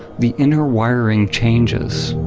the inner wiring changes.